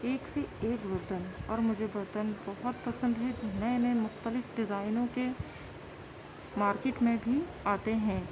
ایک سے ایک برتن ہیں اور مجھے برتن بہت پسند ہیں جو نئے نئے مختلف ڈیزائنوں کے مارکیٹ میں بھی آتے ہیں